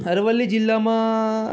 અરવલ્લી જિલ્લામાં